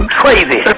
crazy